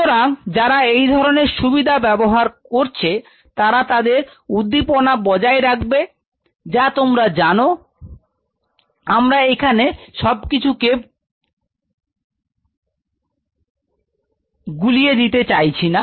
সুতরাং যারা এই ধরনের সুবিধা ব্যবহার করছে তারা তাদের উদ্দীপনা বজায় রাখবে যা তোমরা জান আমরা এখানে সব কিছুকে গুলিয়ে দিতে চাইছি না